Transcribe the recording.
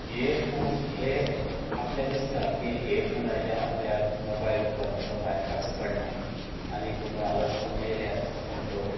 earphone हे आपल्याक दिसता की इयरफोन लायल्यार आपल्याक मोबायल बोल्सांतलो भायर काडचो पडना आनी कोणालो फोन आयल्यार आपूण तो